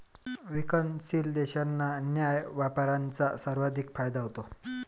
विकसनशील देशांना न्याय्य व्यापाराचा सर्वाधिक फायदा होतो